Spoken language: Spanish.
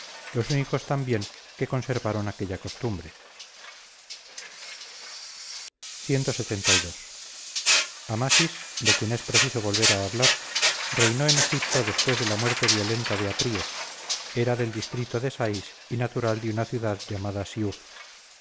los únicos también que conservaron aquella costumbre clxxii amasis de quien es preciso volver a hablar reino en egipto después de la muerte violenta de apríes era del distrito de sais y natural de una ciudad llamada